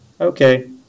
okay